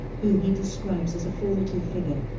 whom he describes as a formative figure.